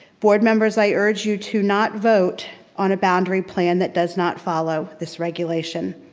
board members, i urge you to not vote on a boundary plan that does not follow this regulation.